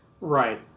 Right